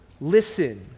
listen